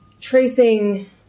tracing